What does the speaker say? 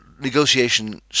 negotiation